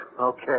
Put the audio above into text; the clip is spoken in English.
okay